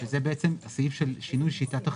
יש הסבר?